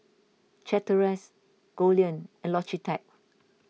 Chateraise Goldlion and Logitech